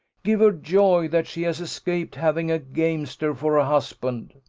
give her joy that she has escaped having a gamester for a husband.